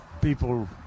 people